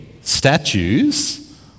statues